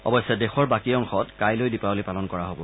অৱশ্যে দেশৰ বাকী অংশত কাইলৈ দীপাৱলী পালন কৰা হ'ব